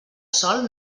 sòl